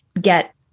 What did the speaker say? get